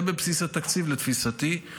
ובבסיס התקציב, לתפיסתי.